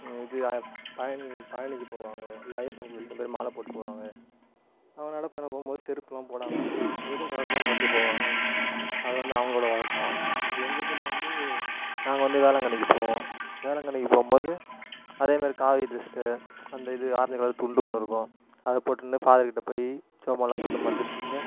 இது பழனி பழனிக்கு போவாங்க இல்லை ஐயப்பன் கோவிலுக்கு வந்து மாலை போட்டு போவாங்க அவங்க நடைப்பயணம் போகும் போது செருப்புலாம் போடாமல் வெறுங்காலோடய தான் நடந்து போவாங்க அது வந்து அவங்களோட வழக்கம் எங்கள் இதில் வந்து நாங்கள் வந்து வேளாங்கண்ணிக்கு போவோம் வேளாங்கண்ணிக்கு போகும் போது அதேமாரி காவி ட்ரஸ்ஸு அந்த இது ஆரஞ்சு கலர் துண்டு ஒன்று இருக்கும் அதை போட்டுனு ஃபாதர்கிட்ட போய் ஜெபமாலை போட்டு மந்திரிச்சிக்கிட்டு